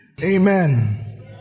Amen